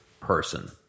person